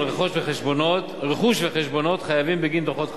רכוש וחשבונות חייבים בגין דוחות חנייה,